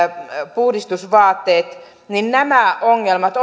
puhdistusvaateet nämä ongelmat